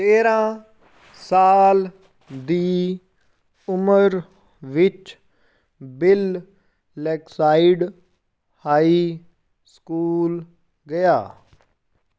ਤੇਰ੍ਹਾਂ ਸਾਲ ਦੀ ਉਮਰ ਵਿੱਚ ਬਿਲ ਲੇਕਸਾਈਡ ਹਾਈ ਸਕੂਲ ਗਿਆ